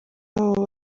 babo